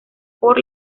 por